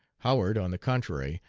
howard, on the contrary,